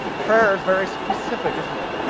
prayer is very specific, isn't it?